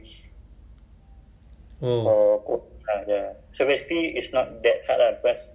no I mean uh bukan yang bukan M_C_Q [tau] the the one at uh what you call that